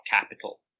capital